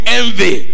envy